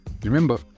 remember